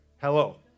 Hello